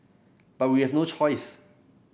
but we have no choice